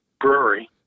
Brewery